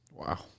Wow